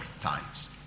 times